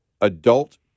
adult